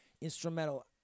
Instrumental